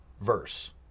verse